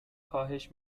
کاهش